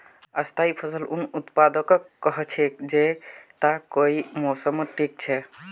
स्थाई फसल उन उत्पादकक कह छेक जैता कई मौसमत टिक छ